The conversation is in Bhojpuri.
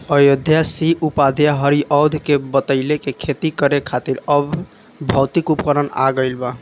अयोध्या सिंह उपाध्याय हरिऔध के बतइले कि खेती करे खातिर अब भौतिक उपकरण आ गइल बा